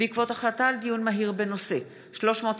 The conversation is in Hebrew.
בעקבות דיון מהיר בהצעתם של חברי הכנסת אלכס קושניר